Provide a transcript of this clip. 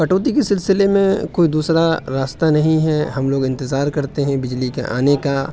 کٹوتی کے سلسلے میں کوئی دوسرا راستہ نہیں ہے ہم لوگ انتظار کرتے ہیں بجلی کے آنے کا